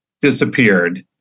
disappeared